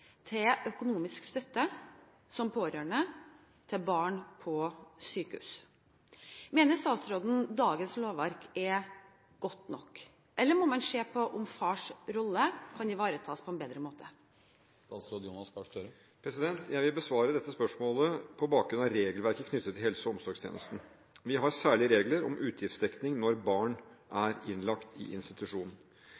til økonomisk støtte som pårørende til barn på sykehus. Mener statsråden dagens lovverk er godt nok, eller må man se på om fars rolle må ivaretas bedre?» Jeg vil besvare dette spørsmålet på bakgrunn av regelverket knyttet til helse- og omsorgstjenesten. Vi har særlige regler om utgiftsdekning når barn